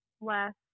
less